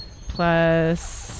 Plus